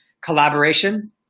Collaboration